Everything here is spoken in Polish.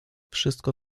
wszystko